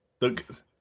look